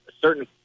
certain